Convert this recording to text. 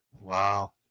Wow